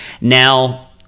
Now